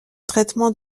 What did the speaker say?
traitement